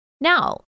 Now